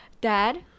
Dad